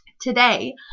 Today